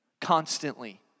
Constantly